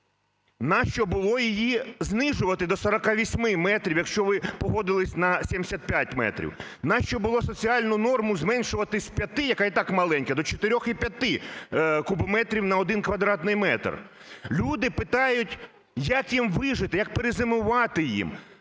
Нащо було її знищувати до 48 метрів, якщо ви погодились на 75 метрів? Нащо було соціальну норму зменшувати з 5, яка і так маленька, до 4,5 кубометрів на 1 квадратний метр? Люди питають, як їм вижити, як перезимувати їм?